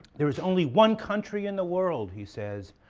there is only one country in the world, he says,